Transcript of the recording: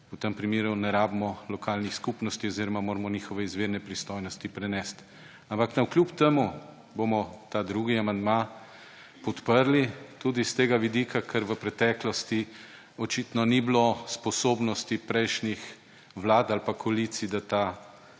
v tem primeru ne rabimo lokalnih skupnosti oziroma moramo njihove izvirne pristojnosti prenesti. Ampak navkljub temu bom ta drugi amandma podprli tudi s tega vidika, ker v preteklosti očitno ni bilo sposobnosti prejšnjih vlad ali pa koalicij, da ta